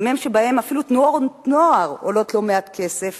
בימים שאפילו תנועות נוער עולות לא מעט כסף